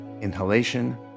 inhalation